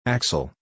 Axel